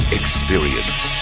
experience